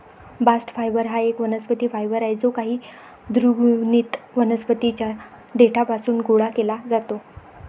bast fibre हा एक वनस्पती फायबर आहे जो काही द्विगुणित वनस्पतीं च्या देठापासून गोळा केला जातो